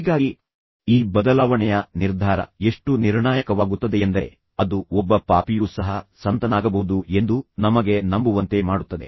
ಹೀಗಾಗಿ ಈ ಬದಲಾವಣೆಯ ನಿರ್ಧಾರ ಎಷ್ಟು ನಿರ್ಣಾಯಕವಾಗುತ್ತದೆಯೆಂದರೆ ಅದು ಒಬ್ಬ ಪಾಪಿಯೂ ಸಹ ಸಂತನಾಗಬಹುದು ಎಂದು ನಮಗೆ ನಂಬುವಂತೆ ಮಾಡುತ್ತದೆ